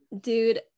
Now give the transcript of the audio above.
dude